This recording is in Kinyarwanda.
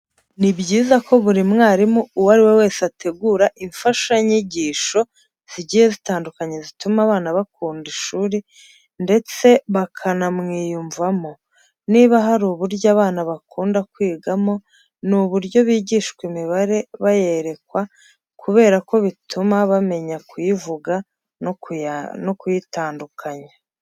Ni byiza ko buri mwarimu uwo ari we wese ategura imfashanyigisho zigiye zitandukanye zituma abana bakunda ishuri ndetse bakanamwiyumvamo. Niba hari uburyo abana bakunda kwigamo, ni uburyo bigishwa imibare bayerekwa kubera ko bituma bamenya kuyivuga no kuyitandukanya.